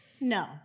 No